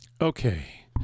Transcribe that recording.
Okay